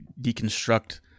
deconstruct